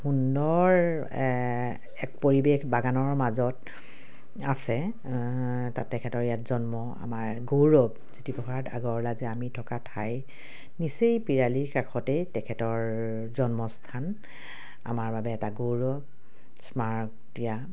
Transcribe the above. সুন্দৰ এক পৰিৱেশ বাগানৰ মাজত আছে তাত তেখেতৰ ইয়াত জন্ম আমাৰ গৌৰৱ জ্যোতিপ্ৰসাদ আগৰৱালা যে আমি থকা ঠাইৰ নিচেই পিৰালিৰ কাষতে তেখেতৰ জন্মস্থান আমাৰ বাবে এটা গৌৰৱ স্মাৰক এতিয়া